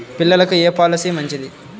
పిల్లలకు ఏ పొలసీ మంచిది?